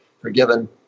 forgiven